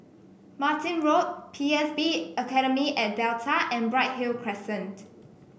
Martin Road P S B Academy at Delta and Bright Hill Crescent